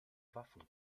waffen